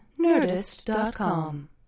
Nerdist.com